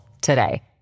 today